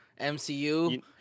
MCU